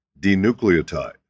denucleotide